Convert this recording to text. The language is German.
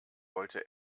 wollte